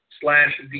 slash